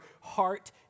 heart